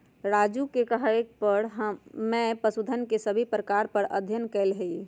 राजू के कहे पर मैं पशुधन के सभी प्रकार पर अध्ययन कैलय हई